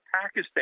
Pakistan